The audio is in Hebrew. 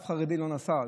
אף חרדי לא נסע.